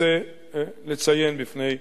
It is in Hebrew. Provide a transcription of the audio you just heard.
רוצה לציין בפני חברי,